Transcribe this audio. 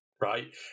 right